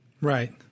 Right